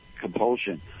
compulsion